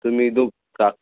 तुम्ही